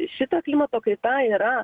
šita klimato kaita yra